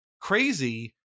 crazy